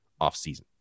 offseason